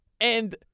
and-